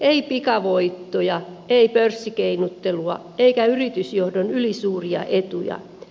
ei pikavoittoja ei pörssikeinottelua eikä yritysjohdon ylisuuria etuja